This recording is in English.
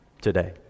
today